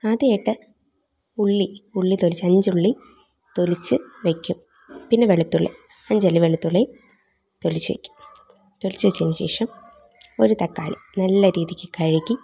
ആദ്യമായിട്ട് ഉള്ളി ഉള്ളി തൊലിച്ച് അഞ്ചുള്ളി തൊലിച്ച് വെക്കും പിന്നെ വെളുത്തുള്ളി അഞ്ച് അല്ലി വെളുത്തുള്ളി തൊലിച്ച് വെക്കും തൊലിച്ച് വെച്ചതിന് ശേഷം ഒരു തക്കാളി നല്ല രീതിക്ക് കഴുകി